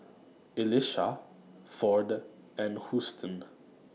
Elisha Ford and Houston